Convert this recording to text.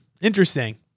interesting